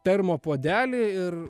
termopuodelį ir